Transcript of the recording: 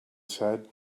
said